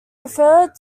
referred